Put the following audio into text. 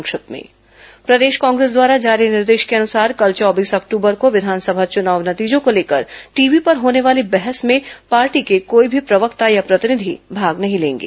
संक्षिप्त समाचार प्रदेश कांग्रेस द्वारा जारी निर्देश के अनुसार कल चौबीस अक्टूबर को विघानसभा चुनाव नतीजों को लेकर टीवी पर होने वाली बहस में पार्टी के कोई भी प्रवक्ता या प्रतिनिधि भाग नहीं लेंगे